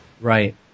Right